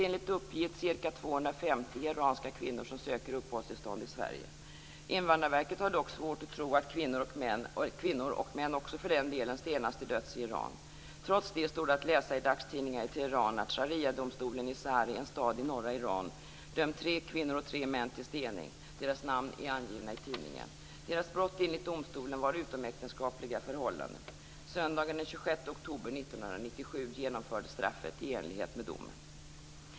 Enligt uppgift söker ca 250 iranska kvinnor uppehållstillstånd i Sverige. Invandrarverket har dock svårt att tro att kvinnor, och män också för den delen, stenas till döds i Iran. Trots det står det att läsa i dagstidningarna i Teheran att Shariadomstolen i Sari, en stad i norra Iran, har dömt tre kvinnor och tre män till stening. Deras namn är angivna i tidningen. Deras brott enligt domstolen var utomäktenskapliga förhållanden. Söndagen den 26 oktober 1997 genomfördes straffet i enlighet med domen.